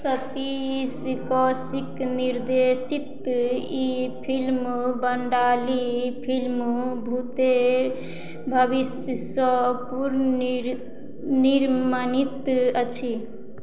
सतीश कौशिक निर्देशित ई फिल्म बन्डाली फिल्म भूतेर भबिश्यसँ पूर्ण निर्माणित अछि